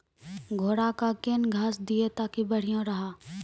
घोड़ा का केन घास दिए ताकि बढ़िया रहा?